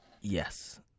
Yes